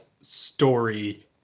story